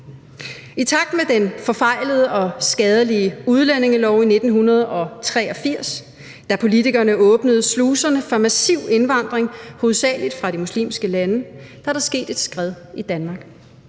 I takt med den forfejlede og skadelige udlændingelov i 1983, da politikerne åbnede sluserne for massiv indvandring, hovedsagelig fra de muslimske lande, er der sket et skred i Danmark.